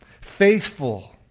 faithful